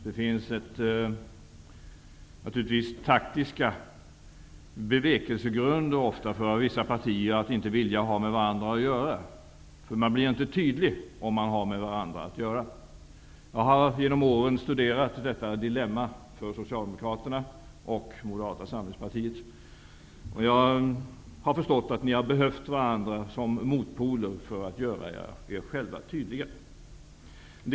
Det finns naturligtvis ofta taktiska bevekelsegrunder för vissa partier att inte vilja ha med varandra att göra, eftersom man inte blir tydlig om man har med varandra att göra. Jag har genom åren studerat detta dilemma för Socialdemokraterna och Moderata samlingspartiet. Jag har förstått att ni har behövt varandra som motpoler för att göra er själva tydliga.